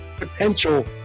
Potential